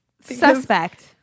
Suspect